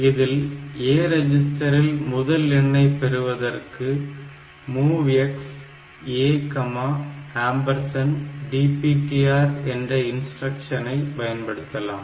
இதில் A ரிஜிஸ்டரில் முதல் எண்ணை பெறுவதற்கு MOVX ADPTR என்ற இன்ஸ்டிரக்ஷனை பயன்படுத்தலாம்